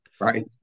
Right